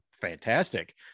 fantastic